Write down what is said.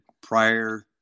prior